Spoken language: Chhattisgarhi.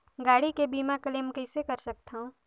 गाड़ी के बीमा क्लेम कइसे कर सकथव?